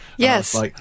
Yes